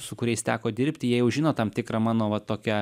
su kuriais teko dirbti jie jau žino tam tikrą mano va tokią